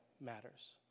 matters